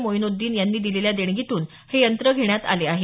मोईनोद्दीन यांनी दिलेल्या देणगीतून हे यंत्र घेण्यात आले आहेत